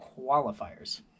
qualifiers